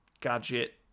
gadget